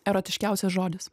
erotiškiausias žodis